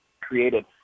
created